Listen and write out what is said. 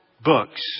books